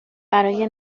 برای